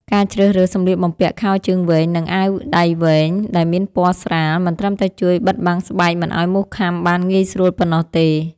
ការជ្រើសរើសសម្លៀកបំពាក់ខោជើងវែង និងអាវដៃវែងដែលមានពណ៌ស្រាល មិនត្រឹមតែជួយបិទបាំងស្បែកមិនឱ្យមូសខាំបានងាយស្រួលប៉ុណ្ណោះទេ។